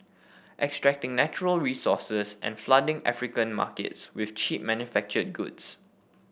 extracting natural resources and flooding African markets with cheap manufactured goods